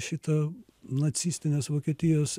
šito nacistinės vokietijos